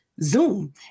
Zoom